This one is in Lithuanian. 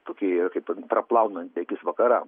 tokia yra kaip praplaunanti akis vakaram